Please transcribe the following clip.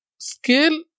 scale